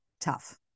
tough